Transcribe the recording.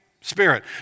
spirit